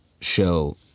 show